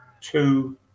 two